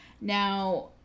Now